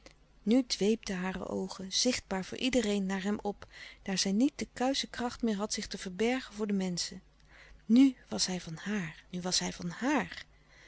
nu dweepten hare oogen zichtbaar voor iedereen naar hem op daar zij niet de kuische kracht meer had zich te verbergen voor de menschen nu was hij van haar nu was hij van haar